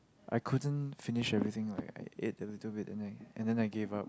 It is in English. I couldn't finish everything lah I I ate a little bit and then I and then I gave up